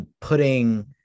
putting